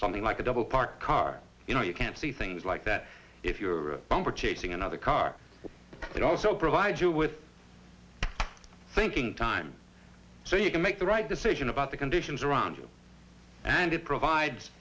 something like a double parked car you know you can see things like that if your bumper chasing another car it also provides you with thinking time so you can make the right decision about the conditions around you and it provides